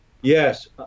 Yes